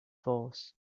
force